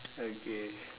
okay